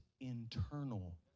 internal